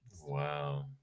wow